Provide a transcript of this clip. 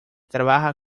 trabaja